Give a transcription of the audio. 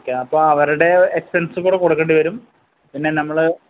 okay അപ്പോള് അവരുടെ എക്സ്പെൻസും കൂടെ കൊടുക്കേണ്ടിവരും പിന്നെ നമ്മള്